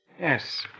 Yes